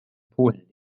polen